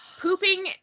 pooping